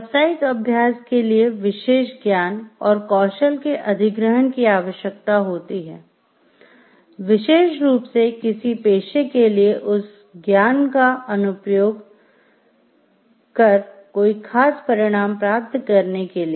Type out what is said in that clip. व्यावसायिक अभ्यास कर कोई ख़ास परिणाम प्राप्त करने के लिए